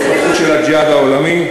ההתפתחות של הג'יהאד העולמי,